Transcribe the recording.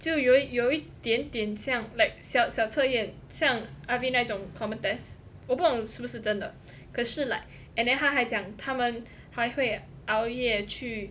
就有有一点点像 like 小小测验像 R_V 那种 common test 我不懂是不是真的可是 like and then 他还讲他们还会熬夜去